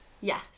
yes